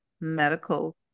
Medical